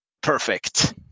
Perfect